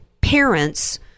parents